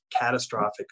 catastrophic